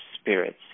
spirits